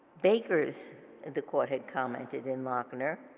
bakers the court had commented in lochner,